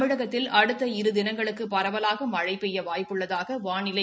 தமிழகத்தில் அடுத்த இரு தினங்களுக்கு பரவலாக மழை பெய்ய வாய்ப்பு உள்ளதாக வானிலை